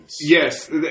Yes